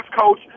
coach